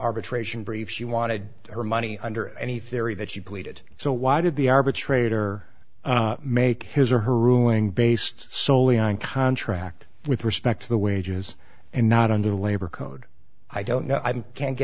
arbitration brief she wanted her money under any theory that she pleaded so why did the arbitrator make his or her ruling based soley on contract with respect to the wages and not under the labor code i don't know i can't get